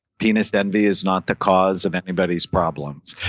penis envy is not the cause of anybody's problems.